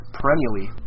perennially